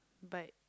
but